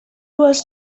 was